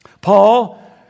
Paul